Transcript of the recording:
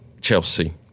Chelsea